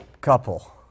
Couple